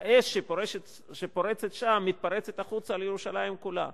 האש שפורצת שם מתפרצת החוצה לירושלים כולה.